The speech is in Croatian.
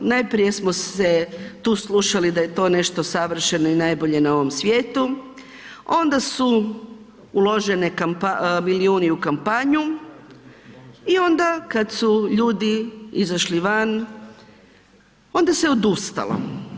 Najprije smo se tu slušali da je to nešto savršeno i najbolje na ovom svijetu, onda su uloženi milijuni u kampanju i onda kad su ljudi izašli van, onda se odustalo.